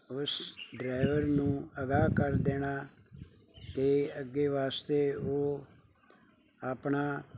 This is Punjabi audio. ਉਸ ਉਸ ਡਰੈਵਰ ਨੂੰ ਅਗਾਹ ਕਰ ਦੇਣਾ ਕਿ ਅੱਗੇ ਵਾਸਤੇ ਉਹ ਆਪਣਾ